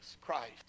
Christ